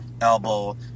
elbow